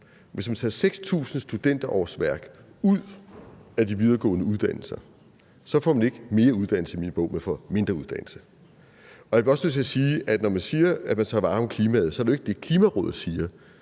Hvis man tager 6.000 studenterårsværk ud af de videregående uddannelser, får man i min bog ikke mere uddannelse; man får mindre uddannelse. Jeg bliver også nødt til at sige, at når man siger, at man tager vare på klimaet, så er det jo ikke det, Klimarådet siger.